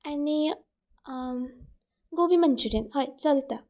आनी गोबी मंचुरीयन हय चलता